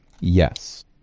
Yes